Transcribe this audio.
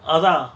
அதா:atha